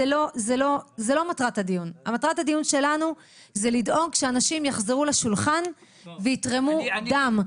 מטרת הדיון שלנו היא לדאוג שאנשים יחזרו לשולחן ויתרמו דם.